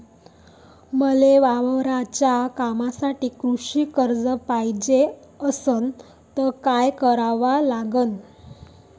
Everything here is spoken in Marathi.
मले वावराच्या कामासाठी कृषी कर्ज पायजे असनं त काय कराव लागन?